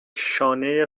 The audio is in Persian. شانه